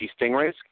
Stingrays